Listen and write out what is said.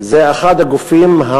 זה אחד הגופים,